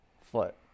foot